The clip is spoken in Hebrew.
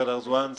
פרד ארזואן,